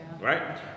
Right